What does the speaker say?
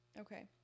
Okay